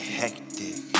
hectic